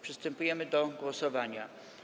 Przystępujemy do głosowania.